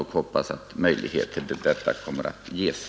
Jag hoppas att möjligheter härtill kommer att ges.